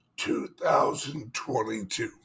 2022